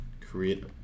create